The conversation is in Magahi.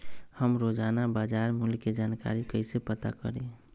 हम रोजाना बाजार मूल्य के जानकारी कईसे पता करी?